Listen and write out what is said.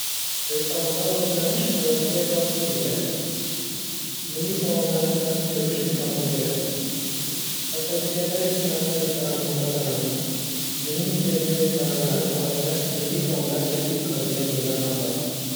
Restoranda ovqatlanish hayotga zavq kiritadi. Milliy taomlarni tatib ko‘rish imkonini beradi. Haftasiga bir-ikki marta restoranda ovqatlanaman. Mening sevimli restoranlarim orasida milliy taomlar taklif qiladigan joylar ham bor.